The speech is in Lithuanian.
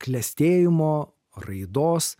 klestėjimo raidos